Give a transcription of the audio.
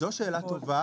זאת שאלה טובה.